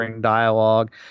dialogue